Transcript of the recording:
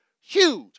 Huge